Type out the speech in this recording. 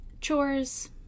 chores